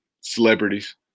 celebrities